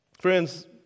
Friends